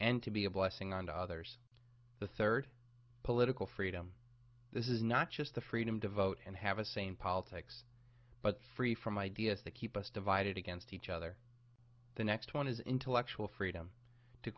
and to be a blessing on to others the third political freedom this is not just the freedom to vote and have a sane politics but free from ideas that keep us divided against each other the next one is intellectual freedom to